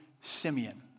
Simeon